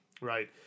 Right